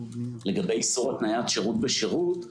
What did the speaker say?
לגבי איסור התנית שירות בשירות,